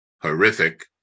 horrific